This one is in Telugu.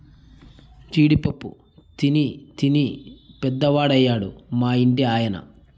జీడి పప్పు తినీ తినీ పెద్దవాడయ్యాడు మా ఇంటి ఆయన